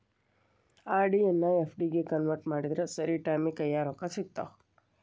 RD ಎನ್ನಾ FD ಗೆ convert ಮಾಡಿದ್ರ ಸರಿ ಟೈಮಿಗಿ ಕೈಯ್ಯಾಗ ರೊಕ್ಕಾ ಸಿಗತ್ತಾ